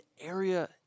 area